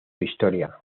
historia